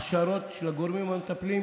הכשרות של הגורמים המטפלים,